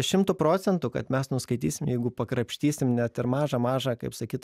šimtu procentų kad mes nuskaitysim jeigu pakrapštysim net ir mažą mažą kaip sakyt